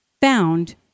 found